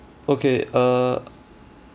okay err